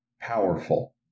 powerful